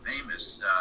famous